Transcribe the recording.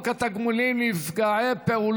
חוק הסדרים במשק המדינה (תיקוני חקיקה